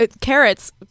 Carrots